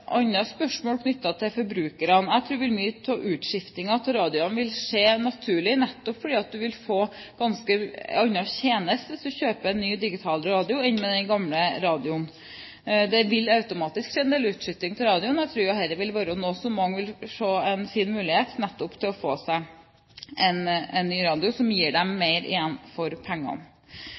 spørsmål knyttet til forbrukerne. Jeg tror mange av utskiftingene av radioene vil skje naturlig, nettopp fordi man vil få tilgang på andre tjenester hvis man kjøper ny digitalradio enn de man hadde med den gamle radioen. Det vil automatisk skje en del utskiftinger av radioer, og jeg tror dette vil være noe som mange vil se på som en fin mulighet nettopp til å få seg en ny radio som gir dem mer igjen for pengene.